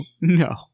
No